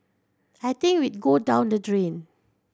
I think we'd go down the drain